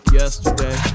yesterday